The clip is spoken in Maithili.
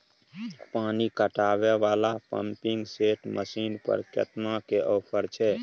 पानी पटावय वाला पंपिंग सेट मसीन पर केतना के ऑफर छैय?